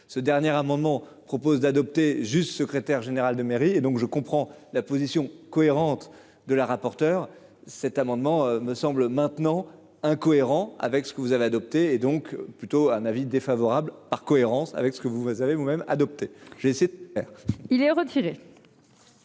ce dernier amendement propose d'adopter juste secrétaire général de mairie et donc je comprends la position cohérente de la rapporteure cet amendement me semble maintenant hein cohérent avec ce que vous avez adoptée et donc plutôt un avis défavorable, par cohérence avec ce que vous avez vous même adoptée j'essaie. Il est retiré.